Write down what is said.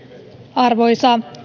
arvoisa